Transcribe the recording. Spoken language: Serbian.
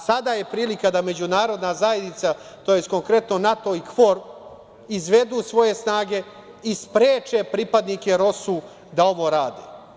Sada je prilika da međunarodna zajednica, to jest konkretno NATO i KFOR izvedu svoje snage i spreče pripadnike ROSU da ovo rade.